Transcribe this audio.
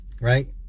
Right